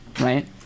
right